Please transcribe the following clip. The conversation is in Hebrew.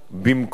במקום,